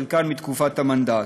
חלקן מתקופת המנדט.